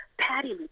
Patty